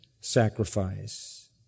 sacrifice